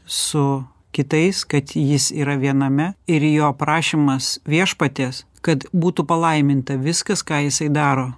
su kitais kad jis yra viename ir jo prašymas viešpaties kad būtų palaiminta viskas ką jisai daro